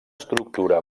estructura